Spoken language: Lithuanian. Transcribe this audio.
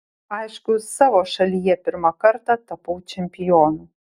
aišku savo šalyje pirmą kartą tapau čempionu